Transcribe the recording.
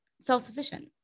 self-sufficient